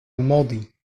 الماضي